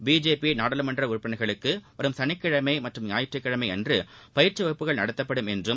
BJP நாடாளுமன்ற உறுப்பினா்களுக்கு வரும் சனிக்கிழமை மற்றும் ஞாயிற்றுக்கிழமை அன்று பயிற்சி வகுப்புகள் நடத்தப்படும் என்றும்